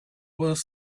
was